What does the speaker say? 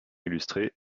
illustrée